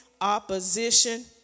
Opposition